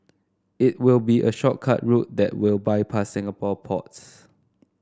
it will be a shortcut route that will bypass Singapore ports